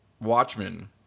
Watchmen